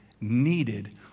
needed